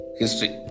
history